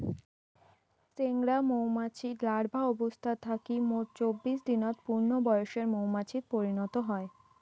চেংরা মৌমাছি লার্ভা অবস্থা থাকি মোট চব্বিশ দিনত পূর্ণবয়সের মৌমাছিত পরিণত হই